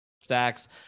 Stacks